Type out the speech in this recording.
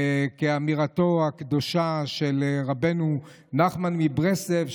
כאמירתו הקדושה של רבנו נחמן מברסלב,